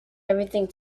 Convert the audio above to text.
everything